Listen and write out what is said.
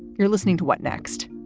you're listening to what next?